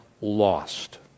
lost